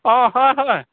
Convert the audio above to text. অ' হয় হয়